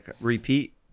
repeat